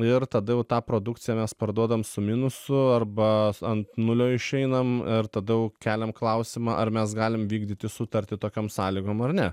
ir tada jau tą produkciją mes parduodam su minusu arba ant nulio išeinam ir tada jau keliam klausimą ar mes galim vykdyti sutartį tokiom sąlygom ar ne